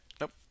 Nope